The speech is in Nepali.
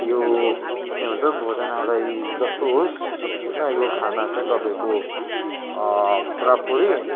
यो के भन्छ भोजनालय जस्तो होस् होइन यो खाना चाहिँ तपाईँको पुरापुरी